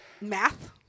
Math